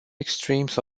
extremes